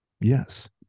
Yes